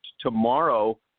tomorrow